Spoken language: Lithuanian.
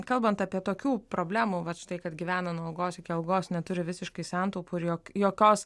kalbant apie tokių problemų vat štai kad gyvena nuo algos iki algos neturi visiškai santaupų ir jo jokios